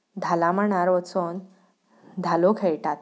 धालां मांडार वचून धालो खेळटात